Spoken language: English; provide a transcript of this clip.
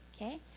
Okay